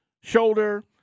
Shoulder